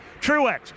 Truex